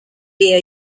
via